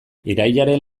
irailaren